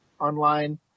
online